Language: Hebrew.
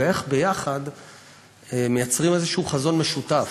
ואיך ביחד מייצרים איזה חזון משותף.